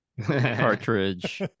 cartridge